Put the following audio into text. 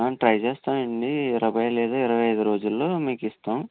try చేస్తా అండి ఇరవై లేదా ఇరవై ఐదు రోజుల్లో మీకు ఇస్తాము